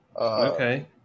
Okay